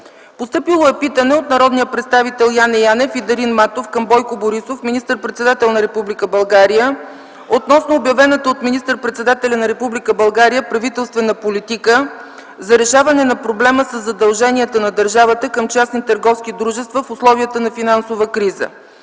Постъпило е питане от народните представители Яне Янев и Дарин Матов към Бойко Борисов – министър-председател на Република България, относно обявената от министър-председателя на Република България правителствена политика за решаване на проблема със задълженията на държавата към частни търговски дружества в условията на финансова криза.